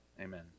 Amen